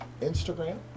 Instagram